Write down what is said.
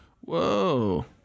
Whoa